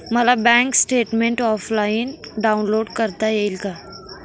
मला bank statement offline download करता येईल का?